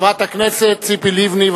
חברת הכנסת ציפי לבני.